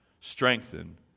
strengthen